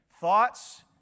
thoughts